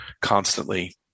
constantly